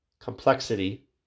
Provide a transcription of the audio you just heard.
complexity